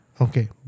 Okay